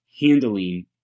handling